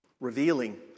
revealing